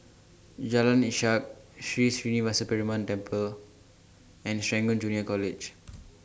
Jalan Ishak Sri Srinivasa Perumal Temple and Serangoon Junior College